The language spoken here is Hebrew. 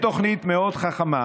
בתוכנית מאוד חכמה.